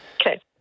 Okay